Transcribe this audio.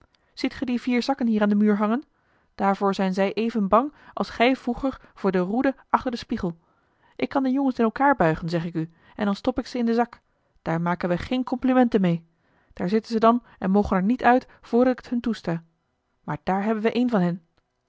ziet ge die vier zakken hier aan den muur hangen daarvoor zijn zij even bang als gij vroeger voor de roede achter den spiegel ik kan de jongens in elkaar buigen zeg ik u en dan stop ik ze in den zak daar maken wij geen komplimenten mee daar zitten ze dan en mogen er niet uit voordat ik het hun toesta maar daar hebben we een van hen